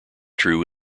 true